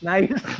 Nice